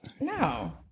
No